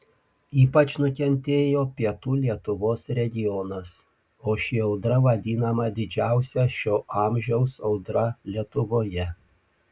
ypač nukentėjo pietų lietuvos regionas o ši audra vadinama didžiausia šio amžiaus audra lietuvoje